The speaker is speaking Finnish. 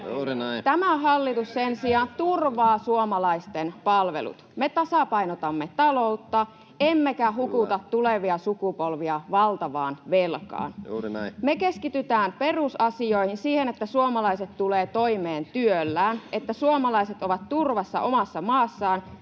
Tämä hallitus sen sijaan turvaa suomalaisten palvelut. Me tasapainotamme taloutta, emmekä hukuta tulevia sukupolvia valtavaan velkaan. Me keskitytään perusasioihin, siihen, että suomalaiset tulevat toimeen työllään, että suomalaiset ovat turvassa omassa maassaan